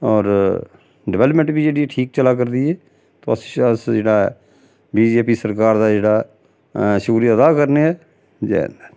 होर डवैलमैंट बी जेह्ड़ी ठीक चला करदी ऐ ते अस जेह्ड़ा ऐ बी जे पी सरकार दा जेह्ड़ा शुक्रिया अदा करने आं जै हिंद